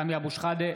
בעד סמי אבו שחאדה,